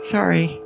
Sorry